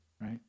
right